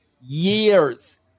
years